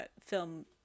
film